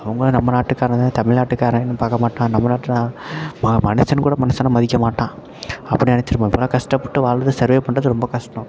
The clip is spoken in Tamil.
அவர்களும் நம்ம நாட்டுக்காரங்கள் தமிழ்நாட்டுக்காரங்கனு பார்க்க மாட்டான் நம்ம நாட்டில் ம மனுஷன்க் கூட மனுஷன மதிக்க மாட்டான் அப்படி நினச்சிருப்பான் இப்புடிலாம் கஷ்டப்பட்டு வாழ்றது சர்வே பண்ணுறது ரொம்ப கஷ்டம்